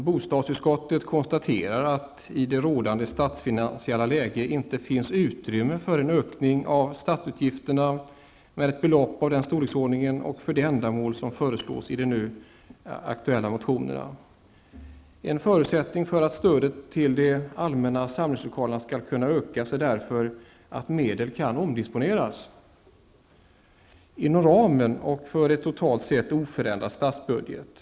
Bostadsutskottet konstaterar att det i rådande statsfinansiella läge inte finns utrymme för en ökning av statsutgifterna med ett belopp av den storleken och för det ändamål som föreslås i de nu aktuella motionerna. En förutsättning för att stödet till de allmänna samlingslokalerna skall kunna ökas är därför att medel kan omdisponeras inom ramen för en totalt sett oförändrad statsbudget.